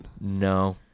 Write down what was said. No